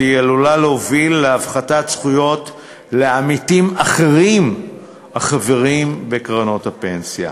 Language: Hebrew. והיא עלולה להוביל להפחתת זכויות לעמיתים אחרים החברים בקרנות הפנסיה.